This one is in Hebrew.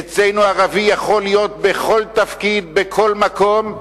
אצלנו ערבי יכול להיות בכל תפקיד, בכל מקום,